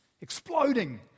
exploding